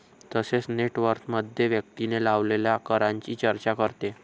तसेच नेट वर्थमध्ये व्यक्तीने लावलेल्या करांची चर्चा करते